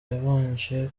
yabanje